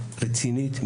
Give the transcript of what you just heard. רצינית,